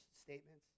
statements